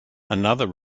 another